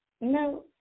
No